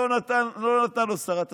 לא נתנה לו שרת התחבורה,